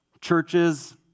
churches